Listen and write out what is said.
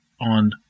on